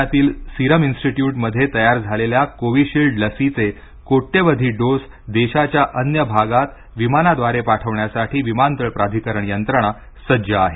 पुण्यातील Serum Institute मध्ये तयार झालेल्या कोविशील्ड लसीचे कोट्यवधी डोस देशाच्या अन्य भागात विमानाद्वारे पाठवण्यासाठी विमानतळ प्राधिकरण यंत्रणा सज्ज आहे